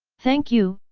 thank you,